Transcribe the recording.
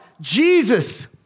Jesus